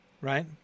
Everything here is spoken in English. Right